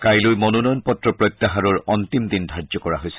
কাইলৈ মনোনয়ন পত্ৰ প্ৰত্যাহাৰৰ অন্তিম দিনধাৰ্য কৰা হৈছে